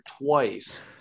twice